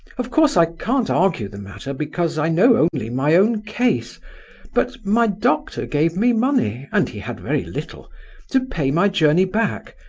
of course i can't argue the matter, because i know only my own case but my doctor gave me money and he had very little to pay my journey back,